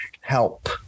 help